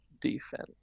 defense